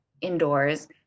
indoors